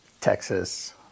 Texas